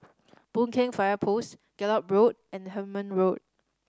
Boon Keng Fire Post Gallop Road and Hemmant Road